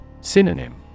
Synonym